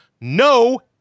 No